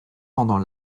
pendant